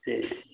சரி